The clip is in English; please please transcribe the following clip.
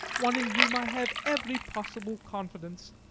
one in whom i have every possible confidence.